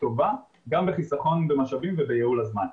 טובה גם בחיסכון במשאבים ובייעול הזמן.